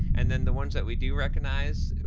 and then the ones that we do recognize,